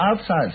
outside